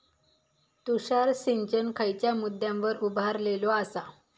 तुषार सिंचन खयच्या मुद्द्यांवर उभारलेलो आसा?